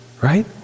right